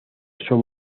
son